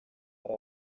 hari